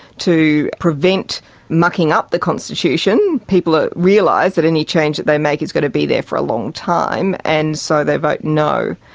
to prevent mucking up the constitution. people ah realise that any change that they make is going to be there for a long time, and so they vote no.